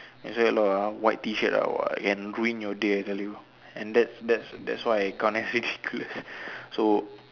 I sweat a lot ah white t shirt ah !wah! can ruin your day I tell you and that's that's that's why I can't that's ridiculous